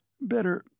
Better